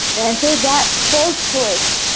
and so that false choice,